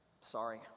Sorry